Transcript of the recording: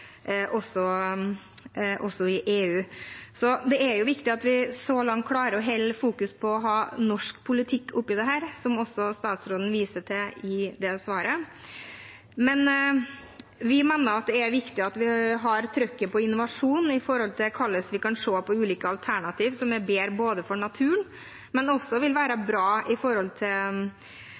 er viktig at vi så langt klarer å holde fokus på å ha en norsk politikk i dette, som også statsråden viser til i svaret sitt. Vi mener at det er viktig at vi har trykket på innovasjon når det gjelder hvordan vi kan se på ulike alternativer som er bedre for naturen, men som også vil være bra